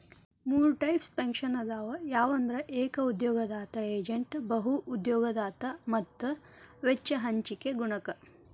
ಮೂರ್ types pension ಅದಾವ ಯಾವಂದ್ರ ಏಕ ಉದ್ಯೋಗದಾತ ಏಜೇಂಟ್ ಬಹು ಉದ್ಯೋಗದಾತ ಮತ್ತ ವೆಚ್ಚ ಹಂಚಿಕೆ ಗುಣಕ